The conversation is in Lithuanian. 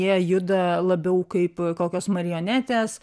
jie juda labiau kaip kokios marionetės